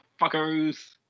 fuckers